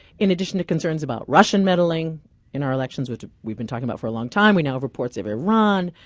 in addition to concerns about russian meddling in our elections, which we've been talking about for a long time, we now have reports of iran,